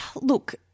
Look